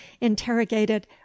interrogated